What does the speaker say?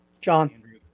John